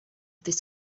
this